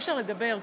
אי-אפשר לדבר.